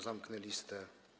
Zamknę listę.